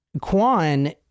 Kwan